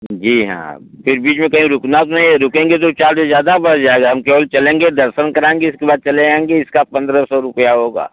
जी हाँ फिर बीच में कहीं रुकना तो नहीं है रुकेंगे तो चार्ज ज़्यादा बढ़ जाएगा हम केवल चलेंगे दर्शन कराएंगे इसके बाद चले आएंगे इसका पन्द्रह सौ रुपया होगा